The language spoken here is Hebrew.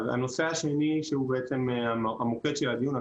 הנושא השני שהוא בעצם המוקד של הדיון,